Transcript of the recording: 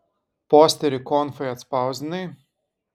posterį konfai atspausdinai